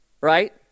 Right